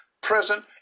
present